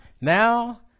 Now